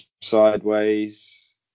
sideways